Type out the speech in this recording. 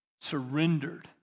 surrendered